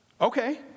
Okay